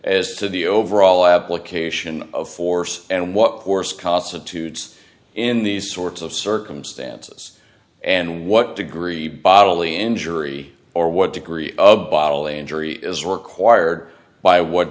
as to the overall application of force and what force constitutes in these sorts of circumstances and what degree bodily injury or what degree of bodily injury is required by what